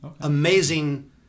Amazing